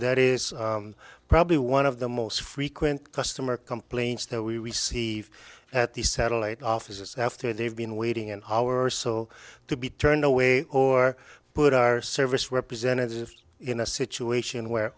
that is probably one of the most frequent customer complaints that we receive at the satellite offices after they've been waiting an hour or so to be turned away or put our service representative in a situation where